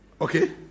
Okay